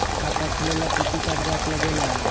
खाता खोलेला कि कि कागज़ात लगेला?